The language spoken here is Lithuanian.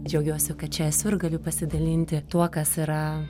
džiaugiuosi kad čia esu ir galiu pasidalinti tuo kas yra